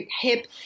hip